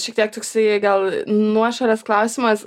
šiek tiek toksai gal nuošalės klausimas